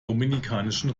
dominikanischen